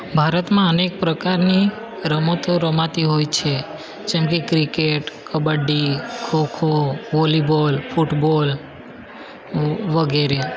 ભારતમાં અનેક પ્રકારની રમતો રમાતી હોય છે જેમકે cricket kabaddi kho kho volleyball football વગેરે